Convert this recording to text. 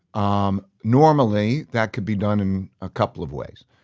um normally, that could be done in a couple of ways.